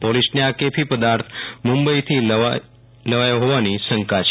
પોલીસને આ કેફી પદાર્થ મુંબઇથી લવાયો હોવાની શંકા છે